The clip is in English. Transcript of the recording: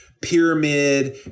pyramid